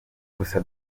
gusa